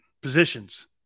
positions